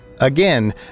Again